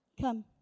Come